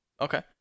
okay